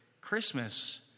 Christmas